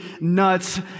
nuts